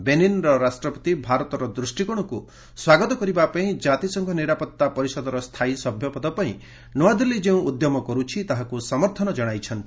ବେନିନ୍ର ରାଷ୍ଟ୍ରପତି ଭାରତର ଦୃଷ୍ଟିକୋଣକୁ ସ୍ୱାଗତ କରିବା ସହ ଜାତିସଂଘ ନିରାପତ୍ତା ପରିଷଦର ସ୍ଥାୟୀ ସଭ୍ୟ ପଦ ପାଇଁ ନୂଆଦିଲ୍ଲୀ ଯେଉଁ ଉଦ୍ୟମ କରୁଛି ତାହାକୁ ସମର୍ଥନ କଣାଇଛନ୍ତି